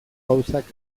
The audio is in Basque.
gauzak